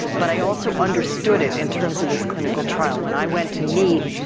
but i also understood it in terms of this clinical trial. when i went to meet